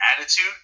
attitude